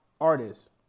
artists